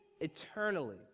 eternally